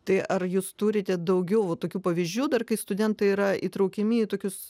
tai ar jūs turite daugiau va tokių pavyzdžių dar kai studentai yra įtraukiami į tokius